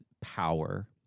power—